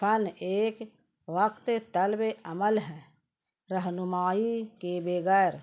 فن ایک وقت طلب عمل ہے رہنمائی کے بغیر